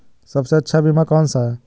सबसे अच्छा बीमा कौन सा है?